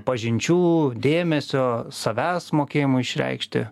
pažinčių dėmesio savęs mokėjimo išreikšti